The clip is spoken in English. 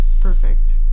Perfect